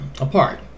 apart